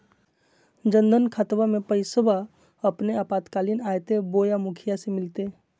जन धन खाताबा में पैसबा अपने आपातकालीन आयते बोया मुखिया से मिलते?